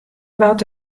wat